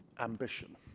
ambition